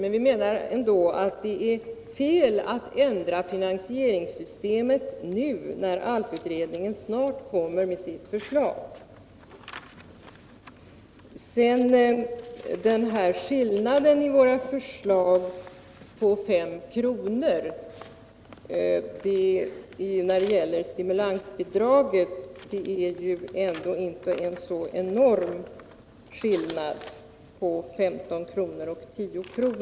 Men vi menar ändå att det är fel att ändra finansieringssystemet nu när ALF-utredningen snart kommer med sitt förslag. Skillnaden mellan våra förslag till stimulansbidrag är 5 kr. Men det är ju inte så enorm skillnad på 15 kr. och 10 kr.